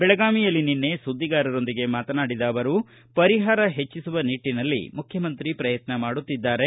ಬೆಳಗಾವಿಯಲ್ಲಿ ನಿನ್ನೆ ಸುದ್ದಿಗಾರರೊಂದಿಗೆ ಮಾತನಾಡಿದ ಅವರು ಪರಿಹಾರ ಹೆಚ್ಚಿಸುವ ನಿಟ್ಟನಲ್ಲಿ ಮುಖ್ಯಮಂತ್ರಿಗಳು ಪ್ರಯತ್ನ ಮಾಡುತ್ತಿದ್ದಾರೆ